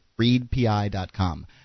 readpi.com